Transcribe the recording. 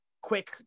quick